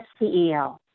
CEO